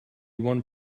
one